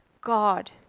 God